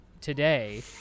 today